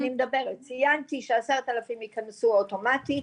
ציינתי שעשרת אלפים ייכנסו אוטומטית,